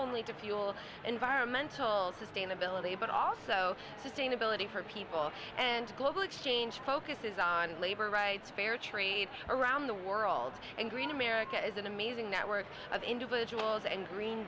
only to fuel environmental sustainability but also sustainability for people and global exchange focuses on labor rights fair trade around the world and green america is an amazing network of individuals and green